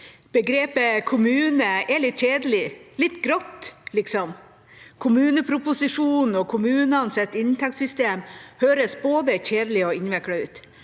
Begrepet kommune er litt kjedelig – litt grått, liksom. Kommuneproposisjonen og kommunenes inntektssystem høres både kjedelig og innviklet ut.